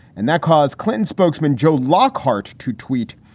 and that caused clinton spokesman joe lockhart to tweet.